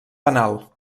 penal